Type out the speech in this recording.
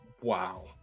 Wow